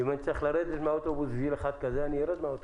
אם אצטרך לרדת מהאוטובוס עבור אדם כזה, אני ארד.